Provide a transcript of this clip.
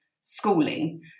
schooling